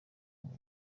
ngo